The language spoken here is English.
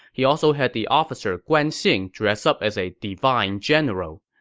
he also had the officer guan xing dress up as a divine general.